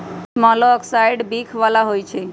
कुछ मोलॉक्साइड्स विख बला होइ छइ